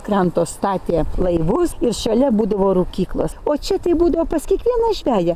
kranto statė laivus ir šalia būdavo rūkyklos o čia taip būdavo pas kiekvieną žveją